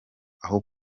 aho